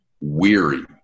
weary